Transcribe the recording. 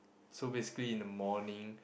so basically in the morning